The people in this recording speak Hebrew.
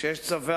שיש גם צווי